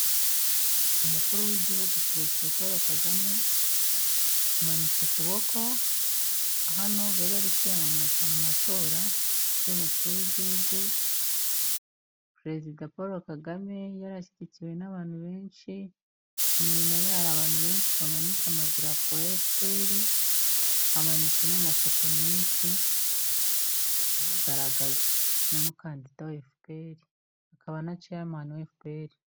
Umukuru w'Igihugu perezida Paul Kagame amanitse ukuboko, hano be bari kwiyamamaza mu matora y'umukuru w'Igihugu, perezida Paul Kagame yari ashyigikiwe n'abantu benshi, inyuma ye hari abantu benshi bamanitse amadarapo ya FPR, bamanitse n'amafoto menshi amugaragaza, nk'umukandida wa FPR, akaba na chairman wa FPR.